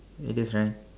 it is right